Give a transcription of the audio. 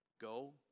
Go